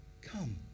come